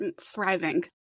Thriving